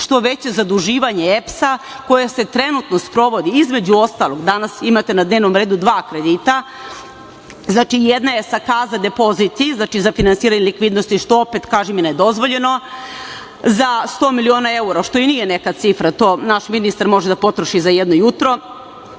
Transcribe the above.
što veće zaduživanje EPS-a koje se trenutno sprovodi između ostalog, danas imate na dnevnom redu dva kredita, znači jedan je za finansiranje likvidnosti, što opet kažem nedozvoljeno, za sto miliona evra, što i nije neka cifra, to naš ministar može da potroši za jedno jutro.